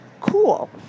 cool